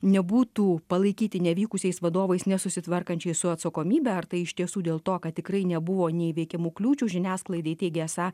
nebūtų palaikyti nevykusiais vadovais nesusitvarkančiais su atsakomybe ar tai iš tiesų dėl to kad tikrai nebuvo neįveikiamų kliūčių žiniasklaidai teigė esą